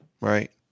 right